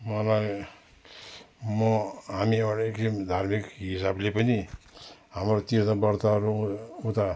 मलाई म हामी एउटै के धार्मिक हिसाबले पनि हाम्रो तीर्थ व्रतहरू ऊ उता